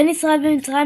בין ישראל ומצרים,